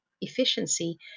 efficiency